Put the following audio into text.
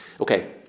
Okay